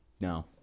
No